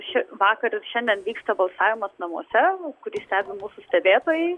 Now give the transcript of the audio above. vakar ir šiandien vyksta balsavimas namuose kurį stebi mūsų stebėtojai